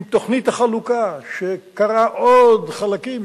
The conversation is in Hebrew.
עם תוכנית החלוקה שקרעה עוד חלקים,